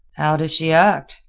how does she act?